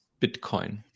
bitcoin